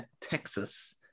Texas